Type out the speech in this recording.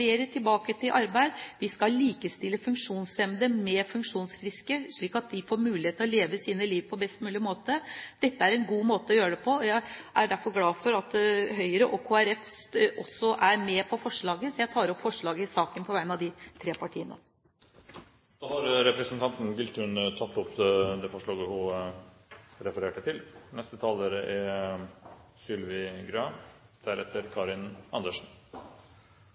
tilbake til arbeid, og at vi skal likestille funksjonshemmede med funksjonsfriske slik at de får mulighet til å leve sitt liv på best mulig måte. Dette er en god måte å gjøre det på. Jeg er derfor glad for at Høyre og Kristelig Folkeparti også er med på forslaget. Jeg tar opp forslaget i saken på vegne av de tre partiene. Representanten Vigdis Giltun har på vegne av Fremskrittspartiet, Høyre og Kristelig Folkeparti tatt opp det forslaget hun refererte til. For Høyre er